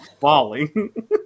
Falling